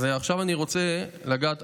אז עכשיו אני רוצה לגעת,